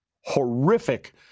horrific